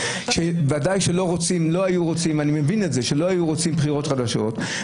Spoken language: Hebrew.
שוודאי שלא היו רוצים בחירות חדשות.